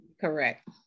Correct